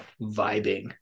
vibing